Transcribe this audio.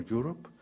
Europe